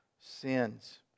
sins